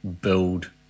build